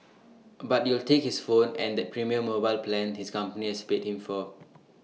but you'll take his phone and that premium mobile plan his company has paid him for